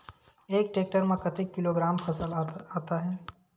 एक टेक्टर में कतेक किलोग्राम फसल आता है?